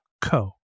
co